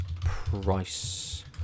price